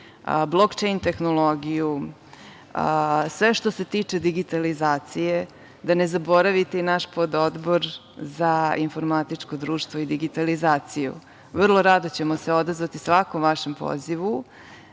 blokčejn tehnologiju, sve što se tiče digitalizacije, da ne zaboravite i naš Pododbor za informatičko društvo i digitalizaciju. Vrlo rado ćemo se odazvati svakom vašem pozivu,